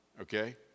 okay